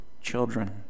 children